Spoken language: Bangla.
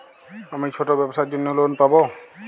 আমি ছোট ব্যবসার জন্য লোন পাব?